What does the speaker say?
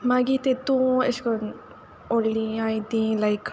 मागीर तितूं अशें कोन्न व्होडलीं आहाय ती लायक